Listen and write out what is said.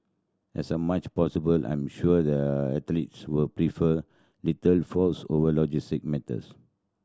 as much possible I am sure the athletes will prefer little fuss over logistical matters